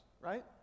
right